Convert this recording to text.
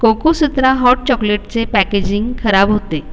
Cocosutra hot चॉकलेटचे packaging खराब होते